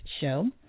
show